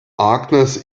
agnes